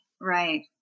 Right